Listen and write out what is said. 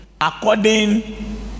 according